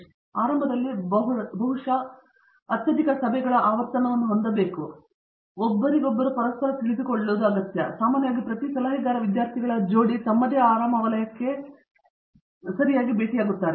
ಪಂಚನಾಲ ನೀವು ಆರಂಭದಲ್ಲಿ ಬಹುಶಃ ಸಭೆಗಳ ಅತ್ಯಧಿಕ ಆವರ್ತನವನ್ನು ಹೊಂದಬೇಕೆಂದು ಬಯಸುತ್ತೀರೆಂದು ನೀವು ಯೋಚಿಸುತ್ತೀರಿ ಹಾಗಾಗಿ ನೀವು ಒಬ್ಬರಿಗೊಬ್ಬರು ಪರಸ್ಪರ ತಿಳಿದುಕೊಳ್ಳುವಿರಿ ಮತ್ತು ನಂತರ ಸಾಮಾನ್ಯವಾಗಿ ಪ್ರತಿ ಸಲಹೆಗಾರ ವಿದ್ಯಾರ್ಥಿಗಳ ಜೋಡಿ ತಮ್ಮದೇ ಆರಾಮ ವಲಯಕ್ಕೆ ಅವರು ಎಷ್ಟು ಬಾರಿ ಭೇಟಿಯಾಗುತ್ತಾರೆಂದು ನಿಮಗೆ ತಿಳಿದಿದೆ